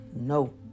No